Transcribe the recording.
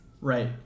Right